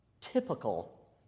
typical